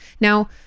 Now